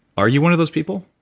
are you one of those people?